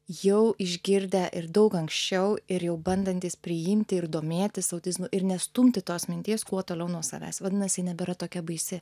jau išgirdę ir daug anksčiau ir jau bandantys priimti ir domėtis autizmu ir nestumti tos minties kuo toliau nuo savęs vadinas ji nebėra tokia baisi